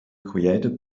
created